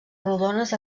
rodones